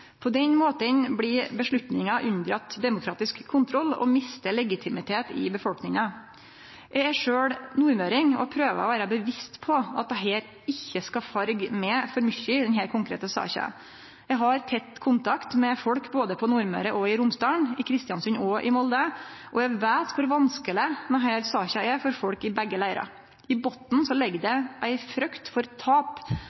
På den måten blir avgjerda halden unna demokratisk kontroll og mister legitimitet i befolkninga. Eg er sjølv nordmøring og prøver å vere bevisst på at det ikkje skal farge meg for mykje i denne konkrete saka. Eg har tett kontakt med folk både på Nordmøre og i Romsdalen, i Kristiansund og i Molde, og eg veit kor vanskeleg denne saka er for folk i begge leirar. I botnen ligg